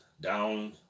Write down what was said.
down